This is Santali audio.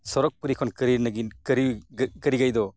ᱥᱚᱨᱚᱜᱽᱯᱩᱨᱤ ᱠᱷᱚᱱ ᱠᱟᱹᱨᱤᱱᱟᱹᱜᱤᱱ ᱠᱟᱹᱨᱤ ᱠᱟᱹᱨᱤ ᱜᱟᱹᱭ ᱫᱚ